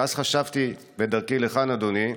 ואז חשבתי בדרכי לכאן, אדוני,